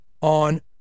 on